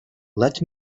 let